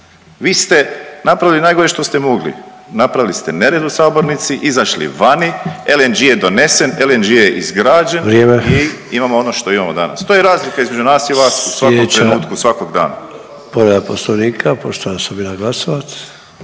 Vi ste napravili najgore što ste mogli, napravili ste nered u sabornici, izašli vani, LNG je donesen, LNG je izgrađen…/Upadica Sanader: Vrijeme/…i imamo ono što imamo danas. To je razlika između nas i vas u svakom trenutku svakog dana.